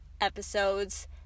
episodes